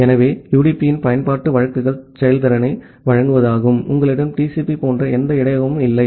எனவே யுடிபியின் பயன்பாட்டு வழக்குகள் செயல்திறனை வழங்குவதாகும் உங்களிடம் டிசிபி போன்ற எந்த இடையகமும் இல்லை